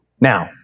Now